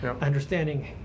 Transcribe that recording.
understanding